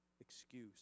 excuse